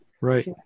Right